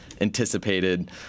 anticipated